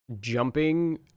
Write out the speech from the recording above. jumping